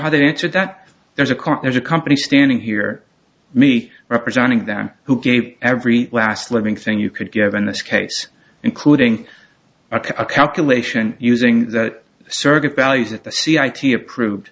how to answer that there's a court there's a company standing here me representing them who gave every last living thing you could given this case including a calculation using that surrogate values that the c i t approved